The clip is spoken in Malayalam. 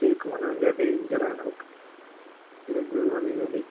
ശരിക്കും പറഞ്ഞാൽ ഭയങ്കര ഡെയിഞ്ചറാണതൊക്കെ ഡേഞ്ചർ എന്നു പറഞ്ഞു കഴിഞ്ഞാൽ